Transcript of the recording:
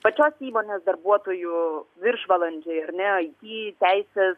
pačios įmonės darbuotojų viršvalandžiai ar ne it teisės